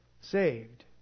saved